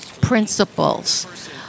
principles